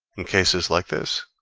in cases like this,